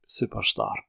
Superstar